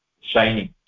shining